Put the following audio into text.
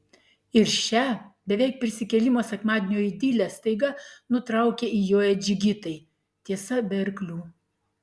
ir šią beveik prisikėlimo sekmadienio idilę staiga nutraukia įjoję džigitai tiesa be arklių